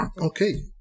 Okay